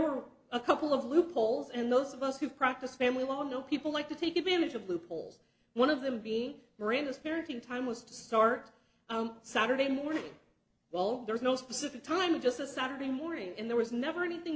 were a couple of loopholes and those of us who practice family law know people like to take advantage of loopholes one of them being miranda's parenting time was to start saturday morning well there is no specific time just a saturday morning and there was never anything